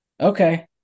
okay